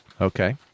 Okay